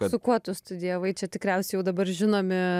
su kuo tu studijavai čia tikriausiai jau dabar žinomi